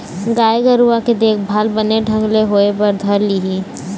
गाय गरुवा के देखभाल बने ढंग ले होय बर धर लिही